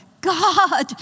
God